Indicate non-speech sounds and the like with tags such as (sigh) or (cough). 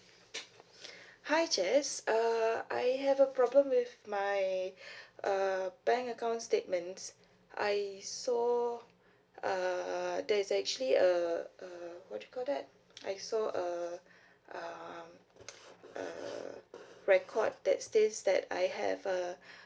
(breath) hi jess uh I have a problem with my (breath) uh bank account statements I saw uh uh there is actually a a what you call that I saw a (breath) um uh record that states that I have a (breath)